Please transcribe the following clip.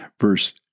verse